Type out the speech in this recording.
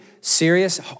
serious